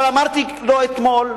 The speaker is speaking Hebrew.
אבל אמרתי לו אתמול,